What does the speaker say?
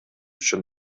үчүн